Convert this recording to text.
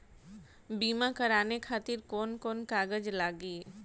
बीमा कराने खातिर कौन कौन कागज लागी?